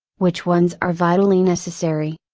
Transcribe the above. which ones are vitally necessary?